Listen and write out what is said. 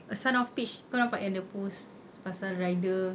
a son of peach kau nampak yang dia post pasal rider